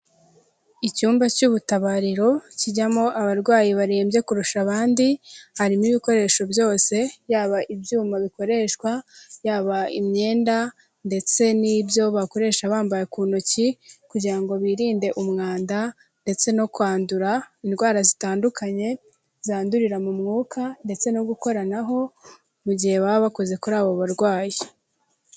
Icyumba cy'ubutabariro kijyamo abarwayi barembye kurusha abandi, harimo ibikoresho byose yaba ibyuma bikoreshwa, yaba imyenda ndetse n'ibyo bakoresha bambaye ku ntoki kugira ngo birinde umwanda ndetse no kwandura indwara zitandukanye zandurira mu mwuka ndetse no gukoranaho, mu gihe baba bakoze kuri abo barwayi.